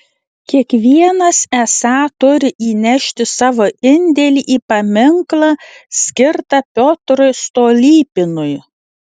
kiekvienas esą turi įnešti savo indėlį į paminklą skirtą piotrui stolypinui